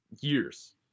years